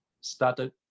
started